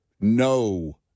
no